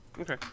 Okay